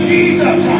Jesus